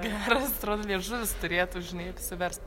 geras atrodo liežuvis turėtų žinai apsiverst